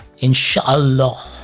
Inshallah